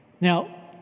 Now